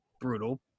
brutal